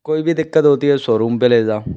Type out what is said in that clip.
कोइ भी दिक्कत होती है सोरूम पर ले जाओ